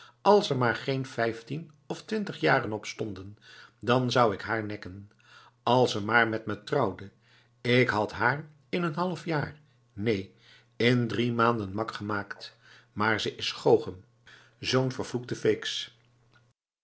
als er maar geen vijftien of twintig jaren op stond dan zou ik haar nekken als ze maar met me trouwde ik had haar in een half jaar neen in drie maanden mak gemaakt maar ze is te goochem zoo'n vervloekte